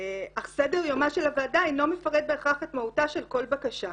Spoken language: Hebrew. אך סדר יומה של הוועדה אינו מפרט בהכרח את מהותה של כל בקשה.